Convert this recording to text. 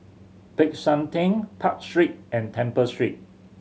Peck San Theng Park Street and Temple Street